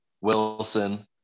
Wilson